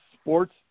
Sports